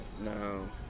No